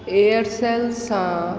Aircel सां